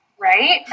Right